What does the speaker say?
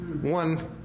one